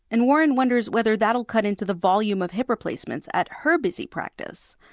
and warren wonders whether that will cut into the volume of hip replacements at her busy practice.